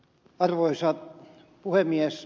arvoisa puhemies